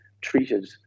treated